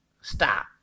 Stop